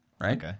right